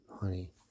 honey